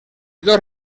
dos